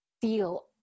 feel